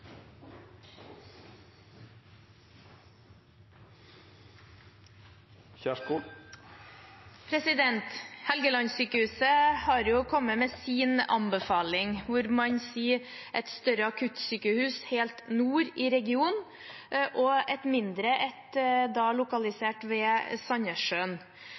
replikkordskifte. Helgelandssykehuset har jo kommet med sin anbefaling om et større akuttsykehus helt nord i regionen og et mindre et